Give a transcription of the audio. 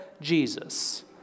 Jesus